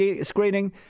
screening